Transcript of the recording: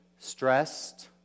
stressed